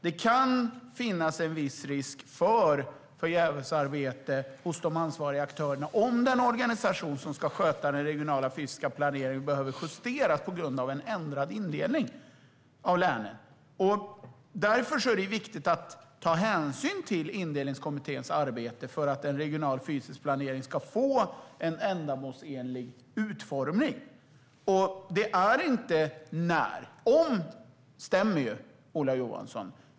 Det kan finnas en viss risk för förgävesarbete hos de ansvariga aktörerna om den organisation som ska sköta den regionala fysiska planeringen behöver justeras på grund av en ändrad indelning av länen. Därför är det viktigt att ta hänsyn till Indelningskommitténs arbete, för att en regional fysisk planering ska få en ändamålsenlig utformning. Det gäller inte "när", men "om" stämmer ju, Ola Johansson.